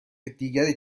دیگری